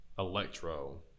Electro